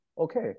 okay